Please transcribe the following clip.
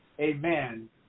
Amen